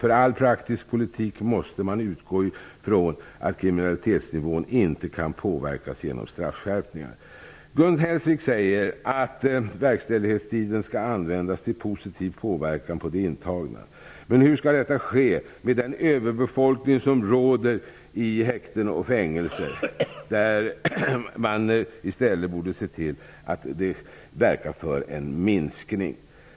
För all praktisk politik måste man utgå från att kriminalitetsnivån inte kan påverkas genom straffskärpningar. Gun Hellsvik säger att verkställighetstiden skall användas till positiv påverkan på de intagna. Men hur skall detta ske med den överbeläggning som råder i häkten och fängelser? Man borde i stället verka för en minskning.